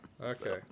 Okay